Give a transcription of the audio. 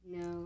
No